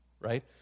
right